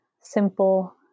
simple